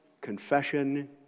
confession